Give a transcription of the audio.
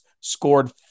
scored